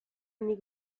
nik